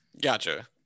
Gotcha